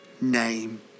name